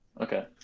Okay